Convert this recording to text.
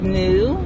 new